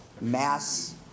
mass